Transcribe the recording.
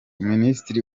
minisitiri